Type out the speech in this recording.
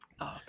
okay